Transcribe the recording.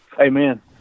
Amen